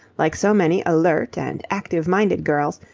like so many alert and active-minded girls,